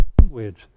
language